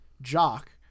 Jock